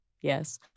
Yes